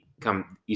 come